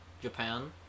Japan